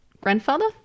grandfather